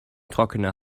trockene